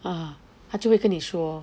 ah 她就会跟你说